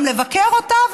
גם לבקר אותה,